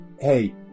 hey